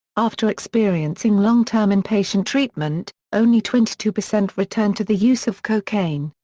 after experiencing long-term in-patient treatment, only twenty two percent returned to the use of cocaine.